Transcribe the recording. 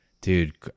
dude